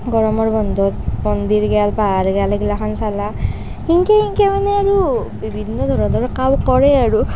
গৰমৰ বন্ধত মন্দিৰ গেল পাহাৰ গেল সেইগিলাখান চালা সেনেকৈ সেনেকৈ মানে আৰু বিভিন্ন ধৰণৰ কাম কৰে আৰু